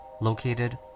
located